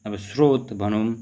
अब स्रोत भनौँ